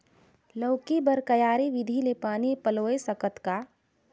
लौकी बर क्यारी विधि ले पानी पलोय सकत का?